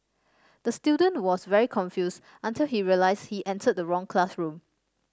the student was very confused until he realised he entered the wrong classroom